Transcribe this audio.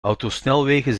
autosnelwegen